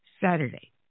Saturday